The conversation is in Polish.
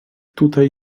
tutaj